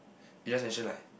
you just mention like